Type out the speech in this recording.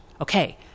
Okay